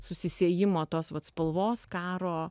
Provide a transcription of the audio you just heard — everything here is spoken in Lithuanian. susisiejimo tos vat spalvos karo